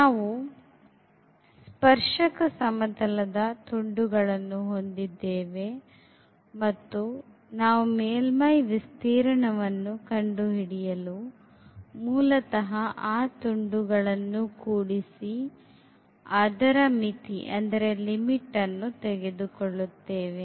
ನಾವು ಸ್ಪರ್ಶಕ ಸಮತಲದ ತುಂಡುಗಳನ್ನು ಹೊಂದಿದ್ದೇವೆ ಮತ್ತು ನಾವು ಮೇಲ್ಮೈ ವಿಸ್ತೀರ್ಣವನ್ನು ಕಂಡು ಹಿಡಿಯಲು ಮೂಲತಃ ಆ ತುಂಡುಗಳನ್ನು ಕೂಡಿಸಿ ಅದರ ಮಿತಿಯನ್ನು ತೆಗೆದುಕೊಳ್ಳುತ್ತೇವೆ